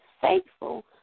faithful